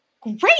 great